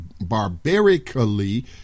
barbarically